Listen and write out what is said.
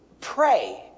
pray